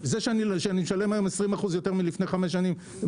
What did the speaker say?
זה שאני משלם היום 20% יותר מלפני חמש שנים,